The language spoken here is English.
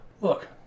Look